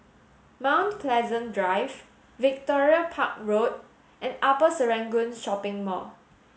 Mount Pleasant Drive Victoria Park Road and Upper Serangoon Shopping Mall